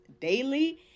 daily